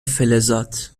فلزات